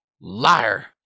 Liar